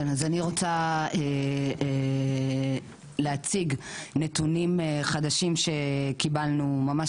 כן אז אני רוצה להציג נתונים חדשים שקיבלנו ממש